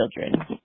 children